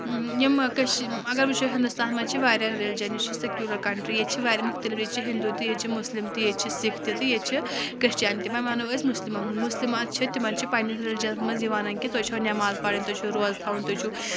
یِم کٔشیٖر اگر وٕچھو ہِندوستان منٛز چھِ واریاہ ریلِجَن یہِ چھِ سکیوٗلَر کَنٹری ییٚتہِ چھِ واریاہ مُختلِف ییٚتہِ چھِ ہِندوٗ تہٕ ییٚتہِ چھِ مُسلِم تہِ ییٚتہِ چھِ سِکھ تہِ تہٕ ییٚتہِ چھِ کرشچن تہِ وۄنۍ وَنو أسۍ مُسلمن ہُند مُسلِم اتھ چھِ تِمن چھِ پننِس رِلِجنس منٛز یِوان کہِ تُہۍ چھو نؠماز پرٕنۍ تُہۍ چھِو روز تھاوٕنۍ تُہۍ چھُو